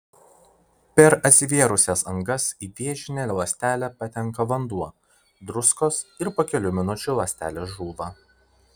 per atsivėrusias angas į vėžinę ląstelę patenka vanduo druskos ir po kelių minučių ląstelė žūva